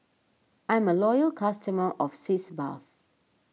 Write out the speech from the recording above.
I'm a loyal customer of Sitz Bath